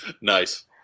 Nice